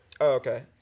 okay